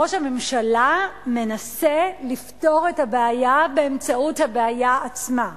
ראש הממשלה מנסה לפתור את הבעיה באמצעות הבעיה עצמה.